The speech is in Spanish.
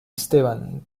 esteban